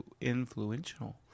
Influential